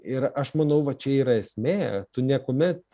ir aš manau va čia yra esmė tu niekuomet